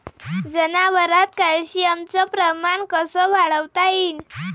जनावरात कॅल्शियमचं प्रमान कस वाढवता येईन?